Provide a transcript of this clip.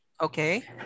Okay